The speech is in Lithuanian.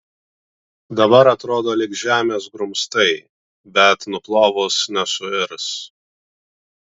dabar atrodo lyg žemės grumstai bet nuplovus nesuirs